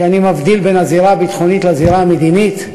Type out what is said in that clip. שאני מבדיל בין הזירה הביטחונית לזירה המדינית.